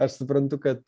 aš suprantu kad